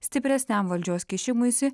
stipresniam valdžios kišimuisi